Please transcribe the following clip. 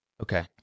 Okay